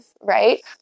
right